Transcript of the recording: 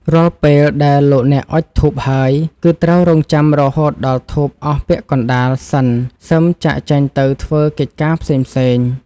រាល់ពេលដែលលោកអ្នកអុជធូបហើយ គឺត្រូវរង់ចាំរហូតដល់ធូបអស់ពាក់កណ្តាលសិនសឹមចាកចេញទៅធ្វើកិច្ចការផ្សេង។